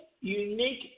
unique